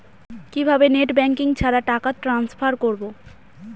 কিভাবে net banking ছাড়া টাকা ট্রান্সফার করবো?